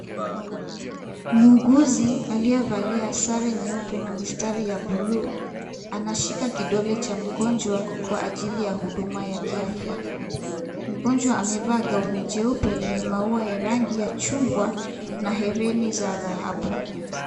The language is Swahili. Muuguzi aliyevalia sare nyeupe na mistari ya bluu anashika kidole cha mgonjwa kwa ajili ya huduma ya kiafya mgonjwa amevaa gauni jeupe lenye maua ya rangi ya chungwa na hereni za dhahabu.